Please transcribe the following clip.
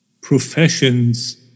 professions